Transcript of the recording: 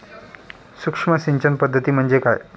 सूक्ष्म सिंचन पद्धती म्हणजे काय?